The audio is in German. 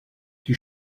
die